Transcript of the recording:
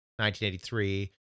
1983—